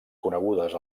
conegudes